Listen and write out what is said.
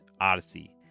Odyssey